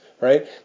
right